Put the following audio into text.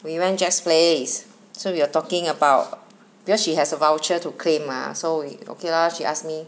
we went Jack's Place so we're talking about because she has a voucher to claim mah so we okay lah she ask me